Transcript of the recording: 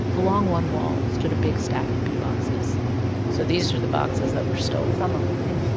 along one wall stood a big stack of bee boxes so these are the boxes that were stolen? some of them. yes